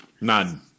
None